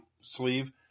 sleeve